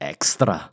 Extra